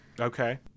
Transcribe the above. Okay